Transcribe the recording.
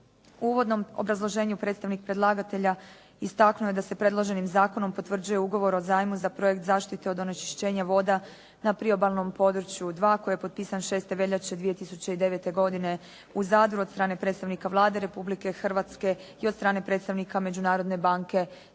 uvodnom obrazloženju predstavnik predlagatelja istaknuo je da se predloženim zakonom potvrđuje ugovor o zajmu za projekt Zaštite od onečišćenja voda na priobalnom području 2 koji je potpisan 6. veljače 2009. godine u Zadru od predstavnika Vlade Republike Hrvatske i od strane predstavnika Međunarodne banke za